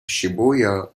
shibuya